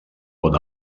bon